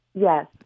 Yes